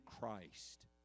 Christ